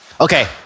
Okay